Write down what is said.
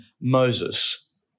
Moses